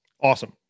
Awesome